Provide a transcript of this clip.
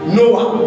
Noah